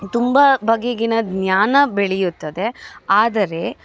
ತುಂಬ ಬಗೆಗಿನ ಜ್ಞಾನ ಬೆಳೆಯುತ್ತದೆ ಆದರೆ